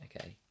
Okay